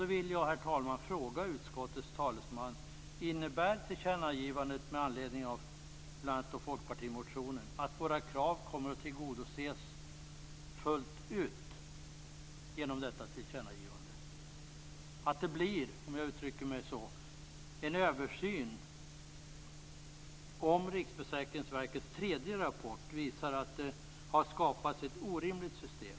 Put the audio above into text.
Jag vill, herr talman, fråga utskottets talesman om tillkännagivandet med anledning av bl.a. folkpartimotionen innebär att våra krav kommer att tillgodoses fullt ut. Blir det en översyn om Riksförsäkringsverkets tredje rapport visar att det har skapats ett orimligt system?